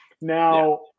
Now